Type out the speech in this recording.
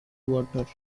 water